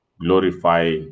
glorify